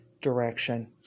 direction